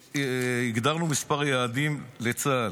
והגדרנו מספר יעדי מלחמה לצה"ל.